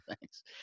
Thanks